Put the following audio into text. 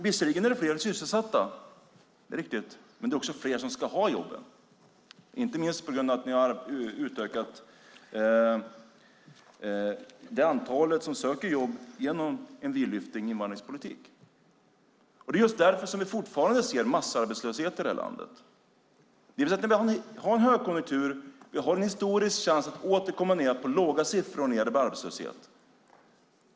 Herr talman! Det är riktigt att fler är sysselsatta, men det är också fler som ska ha jobben. Det är inte minst på grund av att ni har utökat antalet som söker jobb på grund av en vidlyftig invandringspolitik. Det är därför som vi fortfarande ser massarbetslöshet i landet. Det är högkonjunktur, och det finns en historisk chans att åter komma ned på låga siffror i fråga om arbetslöshet.